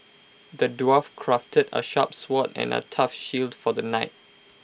the dwarf crafted A sharp sword and A tough shield for the knight